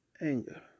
anger